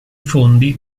fondi